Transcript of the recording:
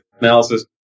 analysis